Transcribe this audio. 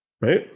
right